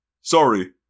Sorry